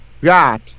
got